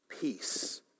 Peace